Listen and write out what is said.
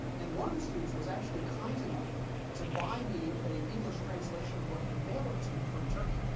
and one of the students was actually kind enough to buy me am english translation of the book and mail it to me from turkey,